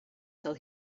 till